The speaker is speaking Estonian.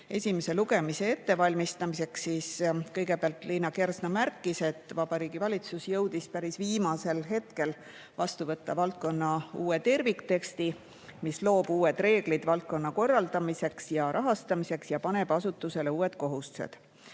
esimese lugemise ettevalmistamiseks kõigepealt Liina Kersna märkis, et Vabariigi Valitsus jõudis päris viimasel hetkel vastu võtta valdkonna uue tervikteksti, mis loob uued reeglid valdkonna korraldamiseks ja rahastamiseks ja paneb asutustele uued kohustused.